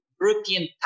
European